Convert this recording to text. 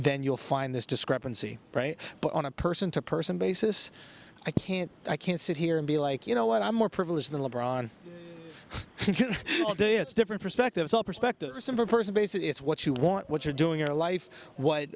then you'll find this discrepancy right but on a person to person basis i can't i can't sit here and be like you know what i'm more privileged than the brawn it's different perspectives all perspectives of a person basically it's what you want what you're doing your life what